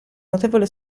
notevole